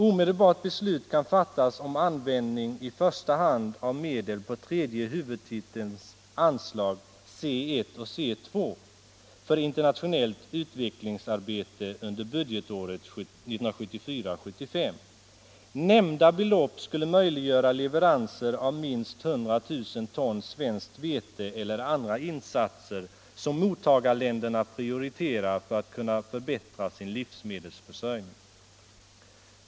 Omedelbart beslut kan fattas om användning i första hand av medel på tredje huvudtitelns anslag C 1 och C2 för internationellt utvecklingsarbete under budgetåret 1974/75. Nämnda belopp skulle möjliggöra leveranser av minst 100 000 ton svenskt vete eller andra insatser som mottagarländerna prioriterar för att kunna förbättra sin livsmedelsförsörjning.